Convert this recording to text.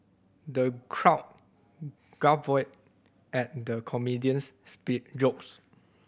the crowd guffawed at the comedian's speak jokes